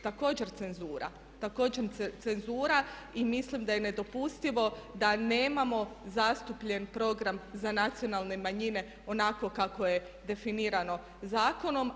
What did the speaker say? Također cenzura, također cenzura i mislim da je nedopustivo da nemamo zastupljen program za nacionalne manjine onako kako je definirano zakonom.